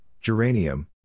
geranium